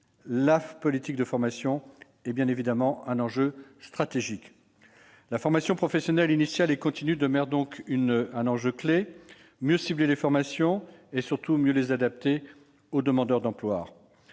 la politique de formation est un enjeu stratégique. La formation professionnelle, initiale et continue demeure donc un enjeu clé. Il est essentiel de mieux cibler les formations et surtout de mieux les adapter aux demandeurs d'emploi.